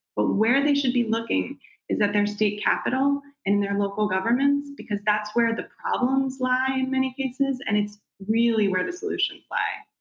but where they should be looking is at their state capital and their local governments, because that's where the problems lie in many cases, and it's really where the solutions lie.